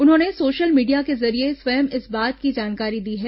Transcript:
उन्होंने social media के जरिए स्वयं इस बात की जानकारी दी है